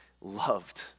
loved